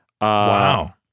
Wow